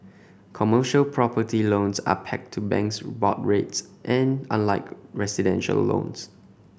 commercial property loans are pegged to banks board rates unlike residential loans